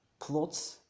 plots